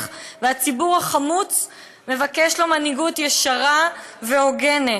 והציבור החמוץ מבקש לו מנהיגות ישרה והוגנת.